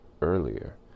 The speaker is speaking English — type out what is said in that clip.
earlier